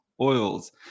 oils